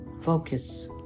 focus